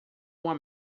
uma